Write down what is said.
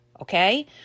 Okay